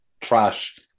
trash